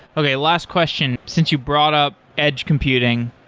okay, last question. since you brought up edge computing,